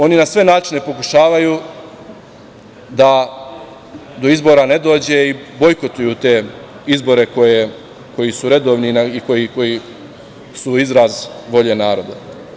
Oni na sve načine pokušavaju da do izbora ne dođe i bojkotuju te izbore koji su redovni i koji su izraz volje naroda.